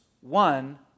one